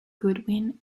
goodwin